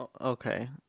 Okay